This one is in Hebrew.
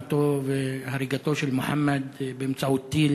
מותו והריגתו של מוחמד באמצעות טיל